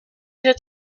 diese